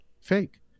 fake